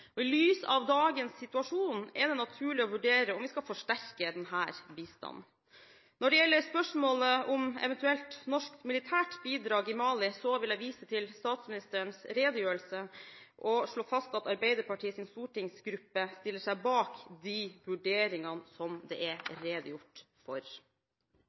og i lys av dagens situasjon er det naturlig å vurdere om vi skal forsterke denne bistanden. Når det gjelder spørsmålet om et eventuelt norsk militært bidrag i Mali, vil jeg vise til statsministerens redegjørelse og slå fast at Arbeiderpartiets stortingsgruppe stiller seg bak de vurderingene som det er redegjort for.